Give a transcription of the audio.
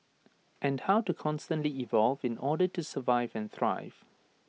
and how to constantly evolve in order to survive and thrive